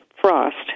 frost